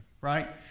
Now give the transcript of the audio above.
Right